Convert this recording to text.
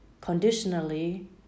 conditionally